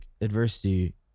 adversity